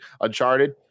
uncharted